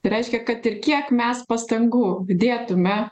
tai reiškia kad ir kiek mes pastangų dėtumėme